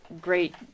great